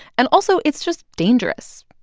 and also, it's just dangerous.